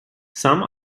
sam